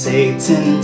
Satan